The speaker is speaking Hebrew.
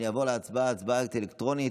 התשפ"ג 2023,